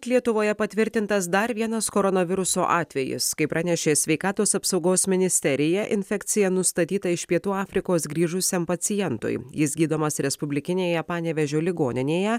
lietuvoje patvirtintas dar vienas koronaviruso atvejis kaip pranešė sveikatos apsaugos ministerija infekcija nustatyta iš pietų afrikos grįžusiam pacientui jis gydomas respublikinėje panevėžio ligoninėje